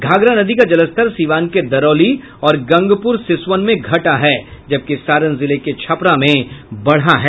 घाघरा नदी का जलस्तर सिवान के दरौली और गंगपुर सिसवन में घटा है जबकि सारण जिले के छपरा में बढ़ा है